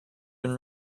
been